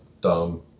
dumb